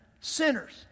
sinners